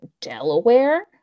Delaware